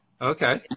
Okay